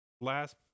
last